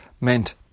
meant